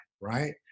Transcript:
right